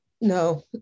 No